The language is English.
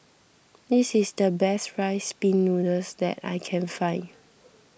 this is the best Rice Pin Noodles that I can find